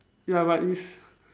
ya but it's